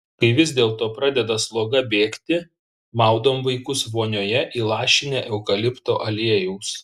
kai vis dėlto pradeda sloga bėgti maudom vaikus vonioje įlašinę eukalipto aliejaus